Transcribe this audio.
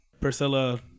Priscilla